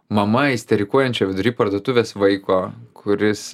mama isterikuojančio vidury parduotuvės vaiko kuris